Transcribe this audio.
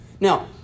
Now